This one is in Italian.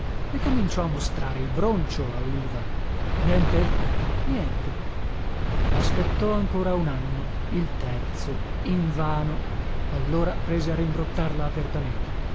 e cominciò a mostrare il broncio a oliva niente niente aspettò ancora un anno il terzo invano allora prese a rimbrottarla apertamente